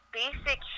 basic